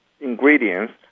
ingredients